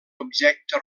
objecte